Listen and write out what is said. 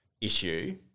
issue